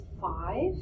five